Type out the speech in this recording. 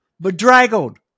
bedraggled